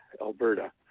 Alberta